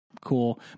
cool